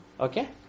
Okay